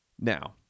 Now